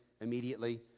immediately